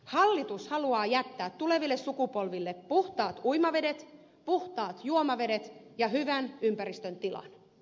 hallitus haluaa jättää tuleville sukupolville puhtaat uimavedet puhtaat juomavedet ja hyvän ympäristön tilan